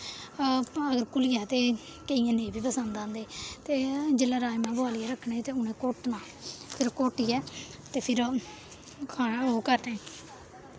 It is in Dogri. अगर घुली जा ते केइयें निं बी पसंद आंदे ते जेल्लै राजमांह् बोआलियै रखने ते उ'नें घोट्टना फिर घोट्टियै ते फिर खाना ओह् करने